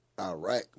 Iraq